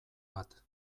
bat